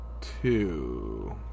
two